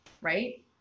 right